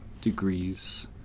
degrees